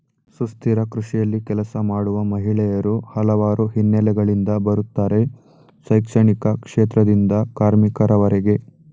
ಸುಸ್ಥಿರ ಕೃಷಿಯಲ್ಲಿ ಕೆಲಸ ಮಾಡುವ ಮಹಿಳೆಯರು ಹಲವಾರು ಹಿನ್ನೆಲೆಗಳಿಂದ ಬರುತ್ತಾರೆ ಶೈಕ್ಷಣಿಕ ಕ್ಷೇತ್ರದಿಂದ ಕಾರ್ಮಿಕರವರೆಗೆ